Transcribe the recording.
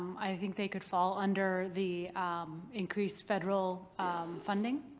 i think they could fall under the increase federal funding.